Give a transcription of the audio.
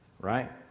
Right